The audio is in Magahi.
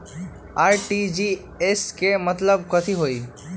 आर.टी.जी.एस के मतलब कथी होइ?